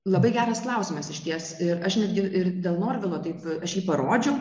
labai geras klausimas išties aš netgi ir dėl norvilo taip aš jį parodžiau